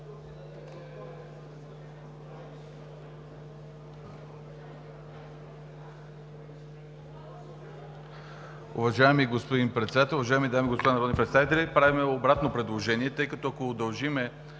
Уважаеми господин Председател, уважаеми дами и господа народни представители! Правим обратно предложение, тъй като, ако удължим,